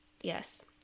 Yes